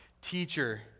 teacher